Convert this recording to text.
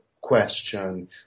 question